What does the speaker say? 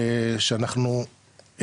שאנחנו,